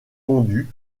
tondu